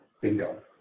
Bingo